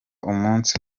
umunsi